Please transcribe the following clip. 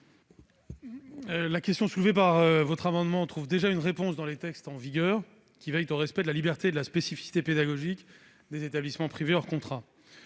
La question soulevée par cet amendement trouve déjà une réponse dans les textes en vigueur, qui assurent le respect de la liberté et de la spécificité pédagogiques des établissements privés hors contrat.